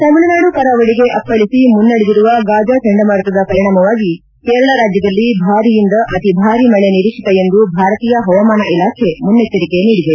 ತಮಿಳುನಾಡು ಕರಾವಳಿಗೆ ಅಪ್ಪಳಿಸಿ ಮುನ್ನಡೆದಿರುವ ಗಾಜಾ ಚಂಡಮಾರುತದ ಪರಿಣಾಮವಾಗಿ ಕೇರಳ ರಾಜ್ಯದಲ್ಲಿ ಭಾರಿಯಿಂದ ಅತಿಭಾರಿ ಮಳೆ ನಿರೀಕ್ಷಿತ ಎಂದು ಭಾರತೀಯ ಹವಾಮಾನ ಇಲಾಖೆ ಮುನ್ನೆಚ್ಚರಿಕೆ ನೀಡಿದೆ